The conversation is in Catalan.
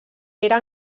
era